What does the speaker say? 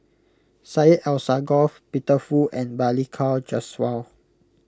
Syed Alsagoff Peter Fu and Balli Kaur Jaswal